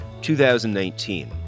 2019